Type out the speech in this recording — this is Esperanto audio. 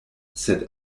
sed